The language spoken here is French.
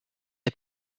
est